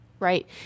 Right